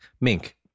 Mink